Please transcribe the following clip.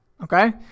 Okay